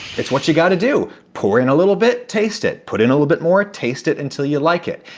it's what you gotta do. put in a little bit, taste it, put in a little bit more, taste it until you like it.